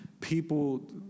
people